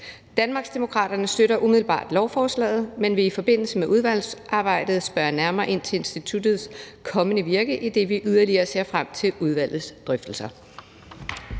Danmarksdemokraterne støtter umiddelbart lovforslaget, men vil i forbindelse med udvalgsarbejdet spørge nærmere ind til instituttets kommende virke, idet vi yderligere ser frem til udvalgets drøftelser.